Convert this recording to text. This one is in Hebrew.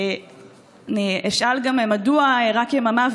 אני אשאל גם מדוע רק יממה,